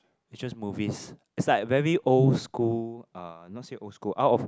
it's just movies it's like very old school uh not say old school out of